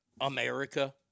America